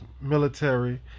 military